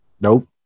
Nope